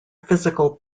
physical